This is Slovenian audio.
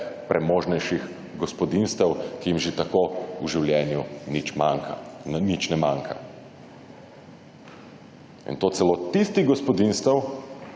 premožnejših gospodinjstev, ki jim že tako v življenju nič ne manjka. In to celo tistih gospodinjstev,